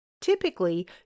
typically